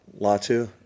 Latu